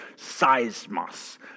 seismos